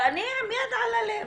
ואני עם יד על הלב,